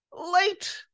Late